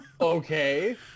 Okay